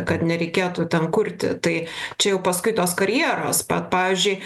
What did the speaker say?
kad nereikėtų ten kurti tai čia jau paskui tos karjeros pat pavyzdžiui